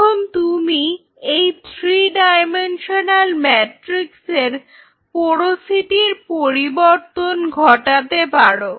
এখন তুমি এই থ্রি ডায়মেনশনাল ম্যাট্রিক্সের পোরোসিটির পরিবর্তন ঘটাতে পারো